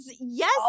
Yes